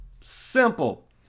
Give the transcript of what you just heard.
Simple